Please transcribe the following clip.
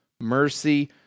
mercy